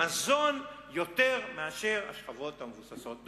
יותר מהשכבות המבוססות.